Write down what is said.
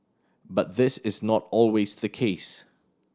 but this is not always the case